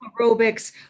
aerobics